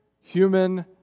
human